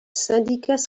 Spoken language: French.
syndicats